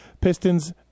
Pistons